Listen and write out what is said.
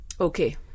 Okay